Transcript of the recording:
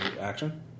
action